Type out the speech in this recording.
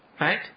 Right